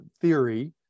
theory